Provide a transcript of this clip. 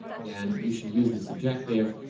then you should use this objective.